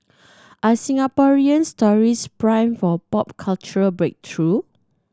are Singaporean stories primed for a pop cultural breakthrough